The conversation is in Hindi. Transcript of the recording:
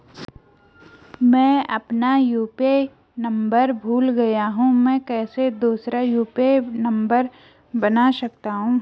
मैं अपना यु.पी.आई नम्बर भूल गया हूँ मैं कैसे दूसरा यु.पी.आई नम्बर बना सकता हूँ?